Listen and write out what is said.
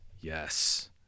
yes